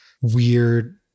weird